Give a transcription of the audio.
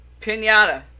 Pinata